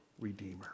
Redeemer